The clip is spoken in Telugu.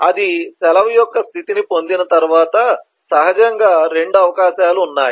అది సెలవు యొక్క స్థితిని పొందిన తర్వాత సహజంగా 2 అవకాశాలు ఉన్నాయి